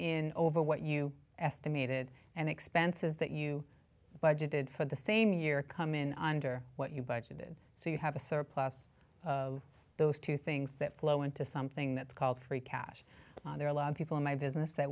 in over what you estimated and expenses that you budgeted for the same year come in under what you budgeted so you have a surplus those two things that flow into something that's called free cash there are a lot of people in my business